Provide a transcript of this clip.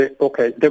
Okay